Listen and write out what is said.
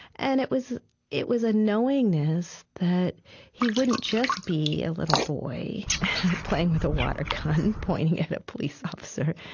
and it was it was a knowingness that he wouldn't just be a little boy playing with a water gun pointing at a police officer,